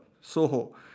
Soho